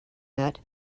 met